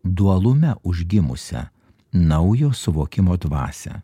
dualume užgimusią naujo suvokimo dvasią